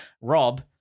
Rob